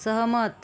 सहमत